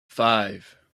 five